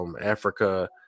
Africa